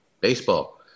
baseball